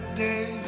day